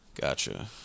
Gotcha